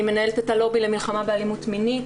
אני מנהלת את הלובי למלחמה באלימות מינית.